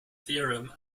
theorem